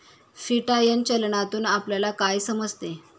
Fiat चलनातून आपल्याला काय समजते?